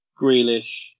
Grealish